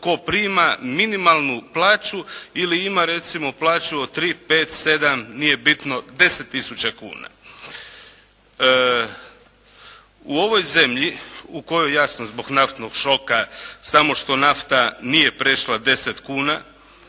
tko prima minimalnu plaću ili ima recimo plaću od 3, 5, 7 nije bitno 10000 kuna. U ovoj zemlji u kojoj jasno zbog naftnog šoka samo što nafta nije prešla 10 kuna